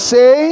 Say